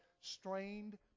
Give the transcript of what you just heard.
strained